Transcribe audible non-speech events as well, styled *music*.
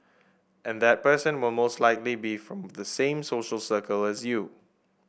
and that person will mostly like be *unintelligible* from the same social circle as you